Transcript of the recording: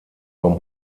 vom